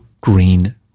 green